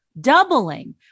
doubling